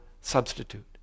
substitute